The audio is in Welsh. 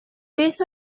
beth